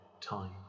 time